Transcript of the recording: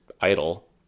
idle